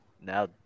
Now